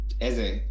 Eze